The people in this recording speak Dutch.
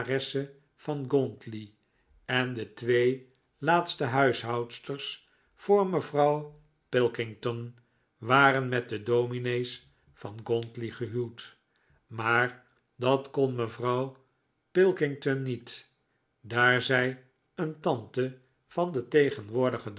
van gauntly en de twee laatste huishoudsters voor mevrouw pilkington waren met de dominees van gauntly gehuwd maar dat kon mevrouw p niet daar zij een tante van den tegenwoordigen